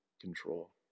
control